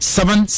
Seven